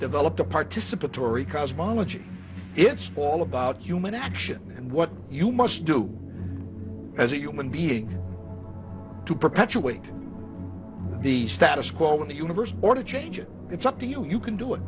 developed a participatory cosmology it's all about human action and what you must do as a human being to perpetuate the status quo in the universe or to change it it's up to you you can do it